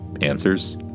answers